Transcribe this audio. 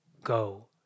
go